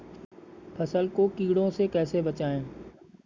फसल को कीड़ों से कैसे बचाएँ?